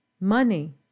Money